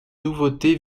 nouveauté